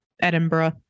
Edinburgh